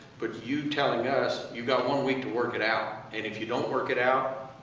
but you telling us, you've got one week to work it out, and if you don't work it out,